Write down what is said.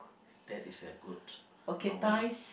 that is a good novel